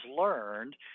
learned